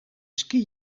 ski